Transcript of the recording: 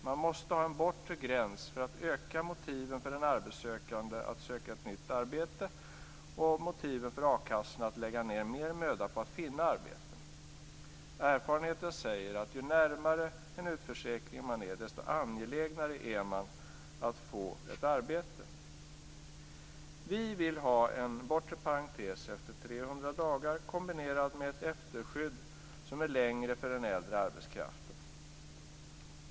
Man måste ha en bortre gräns för att öka motiven för den arbetssökande att söka ett nytt arbete och motiven för a-kassorna att lägga ned mer möda på att finna arbeten. Erfarenheten säger att ju närmare en utförsäkring man är desto angelägnare är man att få ett arbete. Vi vill ha en bortre parentes efter 300 dagar kombinerad med ett efterskydd som är längre för den äldre arbetskraften.